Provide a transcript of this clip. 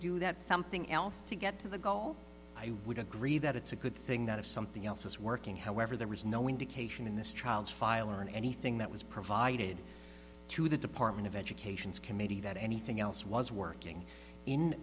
do that something else to get to the goal i would agree that it's a good thing that if something else is working however there was no indication in this child's file or in anything that was provided to the department of education's committee that anything else was working in